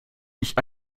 nicht